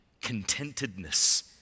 contentedness